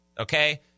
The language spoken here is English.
okay